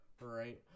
right